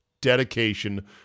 dedication